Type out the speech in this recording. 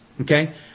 Okay